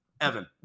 Evan